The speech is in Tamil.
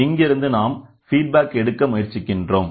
இங்கிருந்து நாம் ஃபீட்பேக் எடுக்க முயற்சிக்கின்றோம்